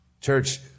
Church